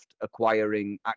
acquiring